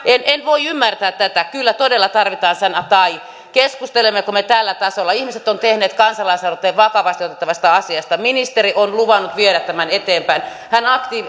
en en voi ymmärtää tätä kyllä todella tarvitaan sana tai keskustelemmeko me tällä tasolla ihmiset ovat tehneet kansalaisaloitteen vakavasti otettavasta asiasta ministeri on luvannut viedä tämän eteenpäin hän